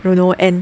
don't know and